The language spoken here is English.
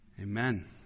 Amen